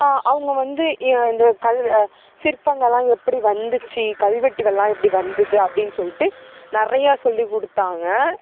அவங்க வந்து இந்த கல் சிற்பங்கள் எல்லாம் எப்படி வந்துச்சு கல்வெட்டுகள் எல்லாம் எப்படி வந்துது அப்படின் சொல்லிட்டு நிறையா சொல்லிக்கொடுத்தாங்க